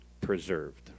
preserved